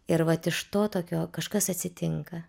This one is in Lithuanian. ir vat iš to tokio kažkas atsitinka